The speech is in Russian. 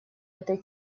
этой